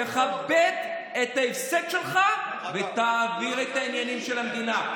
תכבד את ההפסד שלך ותעביר את העניינים של המדינה.